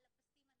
על הפסים הנכונים,